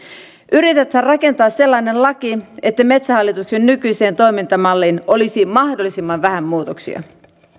yritetään rakentaa sellainen laki että metsähallituksen nykyiseen toimintamalliin olisi mahdollisimman vähän muutoksia